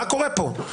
מה קורה פה?